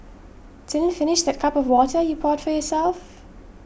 didn't finish that cup of water you poured yourself